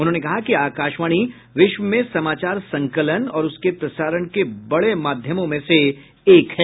उन्होंने कहा कि आकाशवाणी विश्व में समाचार संकलन और उसके प्रसारण के बड़े माध्यमों में से एक है